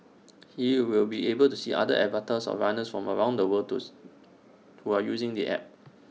he will be able to see other avatars of runners from around the world those who are using the app